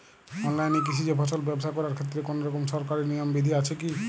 অনলাইনে কৃষিজ ফসল ব্যবসা করার ক্ষেত্রে কোনরকম সরকারি নিয়ম বিধি আছে কি?